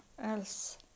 else